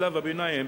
בשלב הביניים,